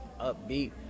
upbeat